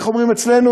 איך אומרים אצלנו?